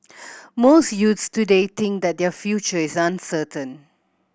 most youths today think that their future is uncertain